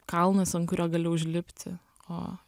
kalnas ant kurio gali užlipti o